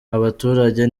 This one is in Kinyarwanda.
abaturage